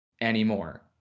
anymore